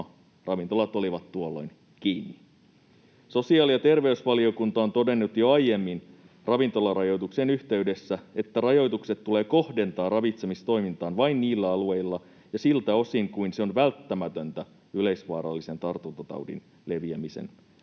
ravintolat olivat tuolloin kiinni. Sosiaali- ja terveysvaliokunta on todennut jo aiemmin ravintolarajoituksien yhteydessä, että rajoitukset tulee kohdentaa ravitsemistoimintaan vain niillä alueilla ja siltä osin kuin se on välttämätöntä yleisvaarallisen tartuntataudin leviämisen